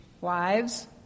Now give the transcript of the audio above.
wives